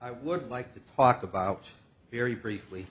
i would like to talk about very briefly